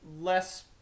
less